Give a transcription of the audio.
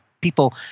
people